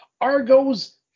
Argos